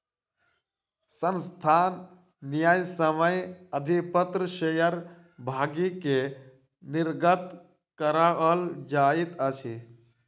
संस्थान न्यायसम्य अधिपत्र शेयर भागी के निर्गत कराओल जाइत अछि